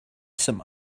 some